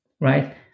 right